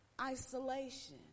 isolation